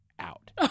out